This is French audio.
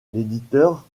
l’éditeur